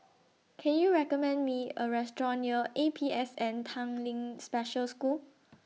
Can YOU recommend Me A Restaurant near A P S N Tanglin Special School